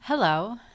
Hello